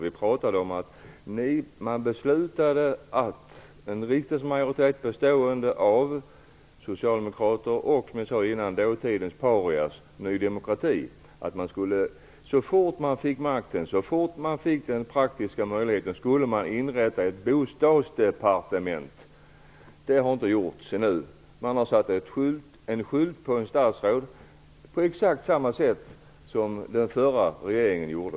Vi pratade om att en riksdagsmajoritet bestående av socialdemokrater och dåtidens paria, Ny demokrati, beslutade att man så fort man fick makten och den praktiska möjligheten skulle inrätta ett bostadsdepartement. Det har inte gjorts ännu. Man har satt en skylt på ett statsråd på exakt samma sätt som den förra regeringen gjorde.